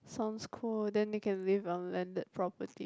sounds cool then they can live on landed property